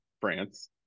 france